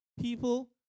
people